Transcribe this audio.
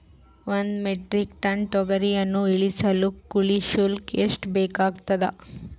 ಒಂದು metric ton ತೊಗರಿಯನ್ನು ಇಳಿಸಲು ಕೂಲಿ ಶುಲ್ಕ ಎಷ್ಟು ಬೇಕಾಗತದಾ?